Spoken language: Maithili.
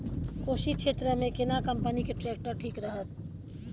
कोशी क्षेत्र मे केना कंपनी के ट्रैक्टर ठीक रहत?